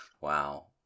Wow